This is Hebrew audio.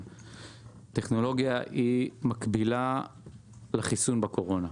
מקבילה לחיסון קורונה.